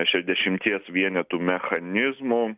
šešdešimties vienetų mechanizmų